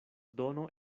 dono